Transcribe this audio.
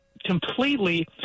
completely